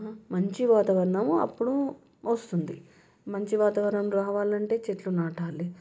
మంచి వాతావరణం అప్పుడు వస్తుంది మంచి వాతావరం రావాలంటే చెట్లు నాటాలి